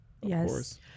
Yes